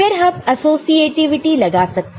फिर हम एसोसिएटिविटी लगा सकते हैं